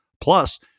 plus